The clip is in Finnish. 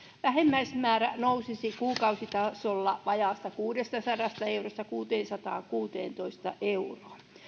vähimmäismäärä nousisi kuukausitasolla vajaasta kuudestasadasta eurosta kuuteensataankuuteentoista euroon